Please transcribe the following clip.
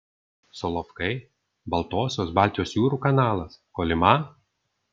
solovkai baltosios baltijos jūrų kanalas kolyma